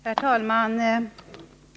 Herr talman!